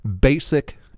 basic